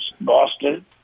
Boston